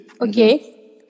Okay